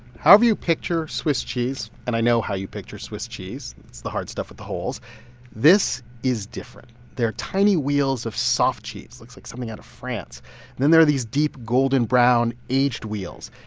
however you picture swiss cheese and i know how you picture swiss cheese, it's the hard stuff with the holes this is different. they're tiny wheels of soft cheese looks like something out of france. and then there are these deep, golden brown aged wheels.